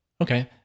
okay